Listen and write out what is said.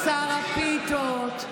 "שר הפיתות",